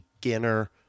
beginner